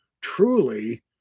truly